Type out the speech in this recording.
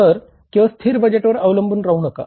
तर केवळ स्थिर बजेटवर अवलंबून राहू नका